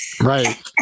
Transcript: right